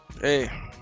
Hey